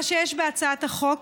מה שיש בהצעת החוק,